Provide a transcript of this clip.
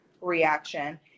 reaction